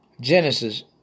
Genesis